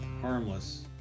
harmless